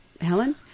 Helen